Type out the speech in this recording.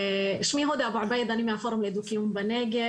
שמי הודא אבו עבייד, אני מהפורום לדו קיום בנגב.